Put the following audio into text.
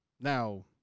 Now